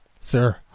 Sir